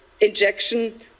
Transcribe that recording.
injection